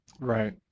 Right